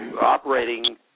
operating